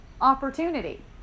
opportunity